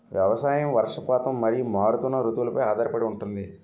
వ్యవసాయం వర్షపాతం మరియు మారుతున్న రుతువులపై ఆధారపడి ఉంటుంది